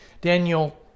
Daniel